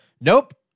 Nope